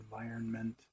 environment